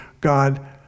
God